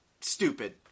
stupid